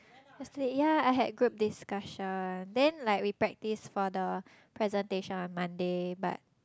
yesterday ya I had group discussion then like we practice for the presentation on Monday but